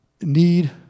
need